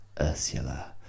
Ursula